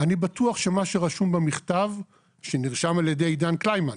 אני בטוח שמה שרשום במכתב שנרשם על ידי עידן קליימן,